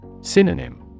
Synonym